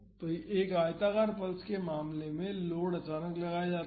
तो एक आयताकार पल्स के मामले में लोड अचानक लगाया जाता है